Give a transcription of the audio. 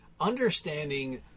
understanding